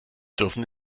dürfen